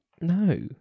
No